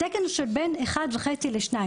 התקן הוא של בין 1.5 ל-2.